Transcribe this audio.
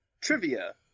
Trivia